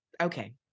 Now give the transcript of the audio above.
Okay